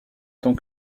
tant